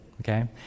okay